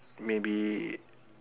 maybe